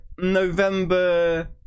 november